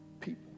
people